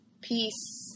Peace